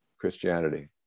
Christianity